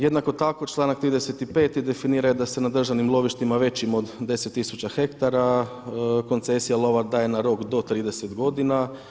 Jednako tako čl. 35. definira da se na državnim lovištima većim od 10 tisuća hektara koncesija lova daje na rok do 30 godina.